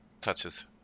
touches